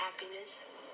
Happiness